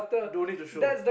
don't need to show